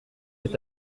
est